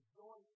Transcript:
joy